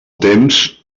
temps